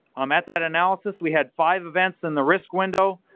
um at that analysis we had five events in the risk window,